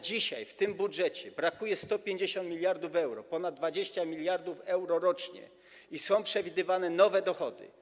Dzisiaj w tym budżecie brakuje 150 mld euro, ponad 20 mld euro rocznie, i są przewidywane nowe dochody.